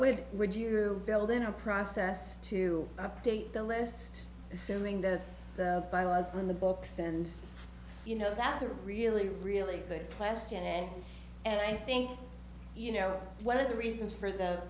would read you build in a process to update the list simming the bylaws when the books and you know that's a really really good question and and i think you know one of the reasons for the